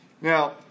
now